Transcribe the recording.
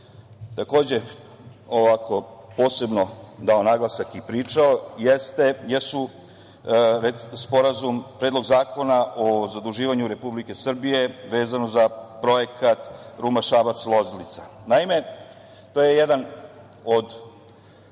takođe, ovde posebno dao naglasak i pričao jeste Predlog zakona o zaduživanju Republike Srbije vezano za Projekat Ruma – Šabac – Loznica. Naime, to je jedan od